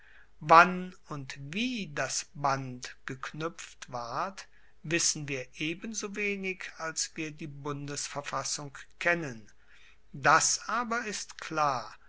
wann und wie das band geknuepft ward wissen wir ebensowenig als wir die bundesverfassung kennen das aber ist klar